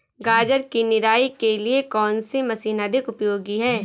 गाजर की निराई के लिए कौन सी मशीन अधिक उपयोगी है?